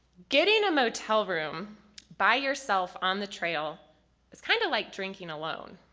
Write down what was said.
getting a motel room by yourself on the trail is kind of like drinking alone.